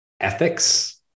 ethics